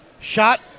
shot